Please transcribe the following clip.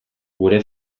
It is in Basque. gure